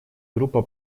группа